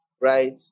right